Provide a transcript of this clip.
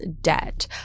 debt